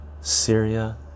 Syria